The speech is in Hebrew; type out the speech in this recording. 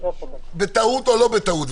בטעות או לא בטעות,